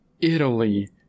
Italy